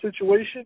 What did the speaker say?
situation